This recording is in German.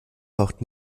taucht